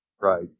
Right